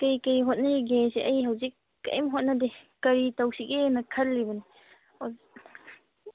ꯀꯔꯤ ꯀꯔꯤ ꯍꯣꯠꯅꯔꯤꯒꯦꯁꯦ ꯑꯩ ꯍꯧꯖꯤꯛ ꯀꯔꯤꯝ ꯍꯣꯠꯅꯗꯦ ꯀꯔꯤ ꯇꯧꯁꯤꯒꯦꯅ ꯈꯜꯂꯤꯕꯅꯤ